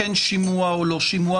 כן שימוע או לא שימוע,